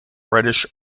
reddish